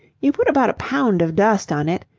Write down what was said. you put about a pound of dust on it.